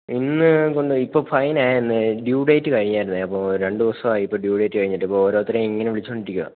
ഇന്ന് കൊണ്ട് ഇപ്പോൾ ഫൈന് ആയെന്നേ ഡ്യൂ ഡേറ്റ് കഴിഞ്ഞായിരുന്നെ അപ്പോൾ രണ്ടുദിവസം ആയി ഇപ്പോൾ ഡ്യൂ ഡേറ്റ് കഴിഞ്ഞിട്ട് ഇപ്പോൾ ഓരോരുത്തർ ഇങ്ങനെ വിളിച്ചുകൊണ്ടിരിക്കുകയാ